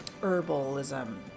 herbalism